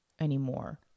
anymore